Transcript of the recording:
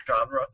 genre